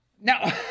No